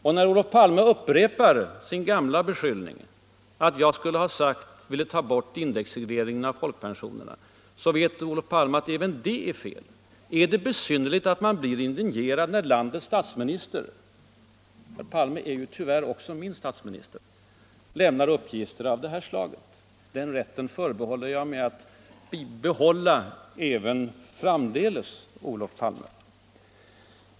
Och när Olof Palme upprepar sin gamla beskyllning att jag skulle ha sagt att jag ville ta bort indexregleringen av folkpensionerna, då vet Olof Palme att även det är fel. Är det verkligen besynnerligt att man blir indignerad när landets statsminister — Olof Palme är tyvärr också min statsminister — lämnar uppgifter av det här slaget? Rätten att då bli indignerad, då osanna beskyllningar framförs, förbehåller jag mig även framdeles, herr Palme.